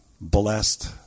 blessed